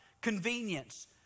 convenience